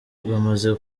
bamaze